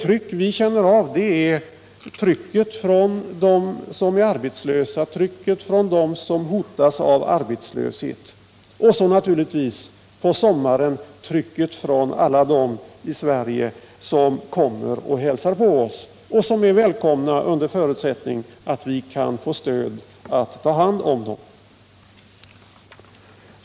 Det tryck vi känner är trycket från dem som är arbetslösa eller hotas av arbetslöshet — och på sommaren naturligtvis trycket från alla dem i Sverige som kommer och hälsar på oss och som är välkomna under förutsättning att vi kan få stöd för att ta hand om dem.